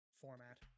format